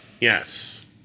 Yes